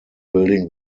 building